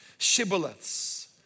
shibboleths